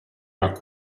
alla